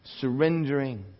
surrendering